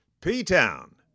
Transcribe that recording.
P-TOWN